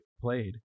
played